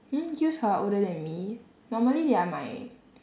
hmm youths who are older than me normally they are my